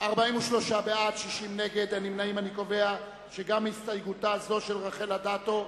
הוועדה, שכן כל ההסתייגויות הוסרו.